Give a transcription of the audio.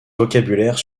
vocabulaire